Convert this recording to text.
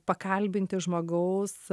pakalbinti žmogaus